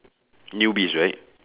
newbies right